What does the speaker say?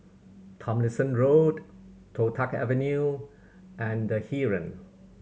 Tomlinson Road Toh Tuck Avenue and The Heeren